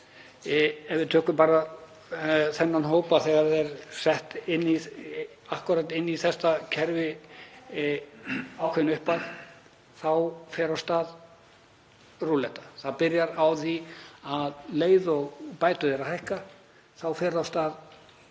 Ef við tökum bara þennan hóp, þegar sett er akkúrat inn í þetta kerfi ákveðin upphæð þá fer af stað rúlletta. Það byrjar á því að um leið og bætur þeirra hækka þá fara af stað